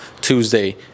tuesday